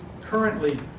currently